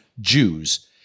Jews